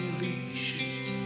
leashes